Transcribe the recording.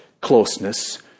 closeness